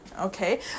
okay